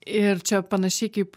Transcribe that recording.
ir čia panašiai kaip